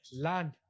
land